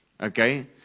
Okay